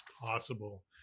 possible